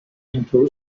into